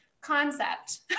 concept